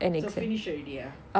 so finish already ah